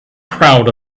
crowd